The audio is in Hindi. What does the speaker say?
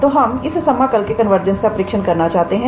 तो हम इस समाकल के कन्वर्जंस का परीक्षण करना चाहते हैं